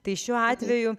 tai šiuo atveju